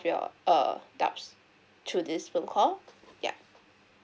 your err doubts through this phone call yup